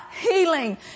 healing